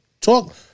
talk